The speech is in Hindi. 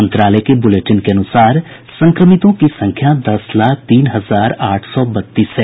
मंत्रालय के बुलेटिन के अनुसार संक्रमितों की संख्या दस लाख तीन हजार आठ सौ बत्तीस है